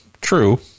true